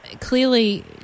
clearly